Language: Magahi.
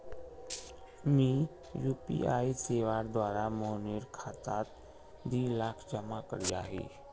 मी यु.पी.आई सेवार द्वारा मोहनेर खातात दी लाख जमा करयाही